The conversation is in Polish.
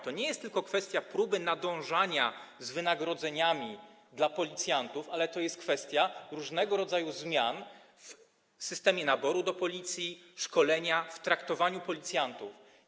To nie jest tylko kwestia próby nadążania z podnoszeniem wynagrodzeń policjantów, ale to jest kwestia różnego rodzaju zmian w systemie naboru do Policji, szkolenia, w traktowaniu policjantów.